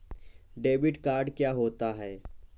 Debit card क्या होता है?